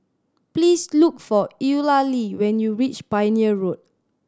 please look for Eulalie when you reach Pioneer Road